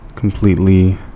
completely